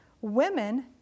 women